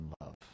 love